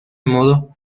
modo